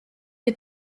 des